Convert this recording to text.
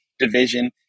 division